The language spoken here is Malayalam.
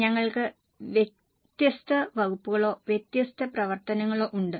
ഞങ്ങൾക്ക് വ്യത്യസ്ത വകുപ്പുകളോ വ്യത്യസ്ത പ്രവർത്തനങ്ങളോ ഉണ്ട്